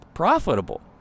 profitable